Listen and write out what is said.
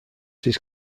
his